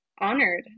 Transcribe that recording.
honored